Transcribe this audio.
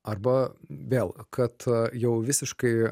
arba vėl kad jau visiškai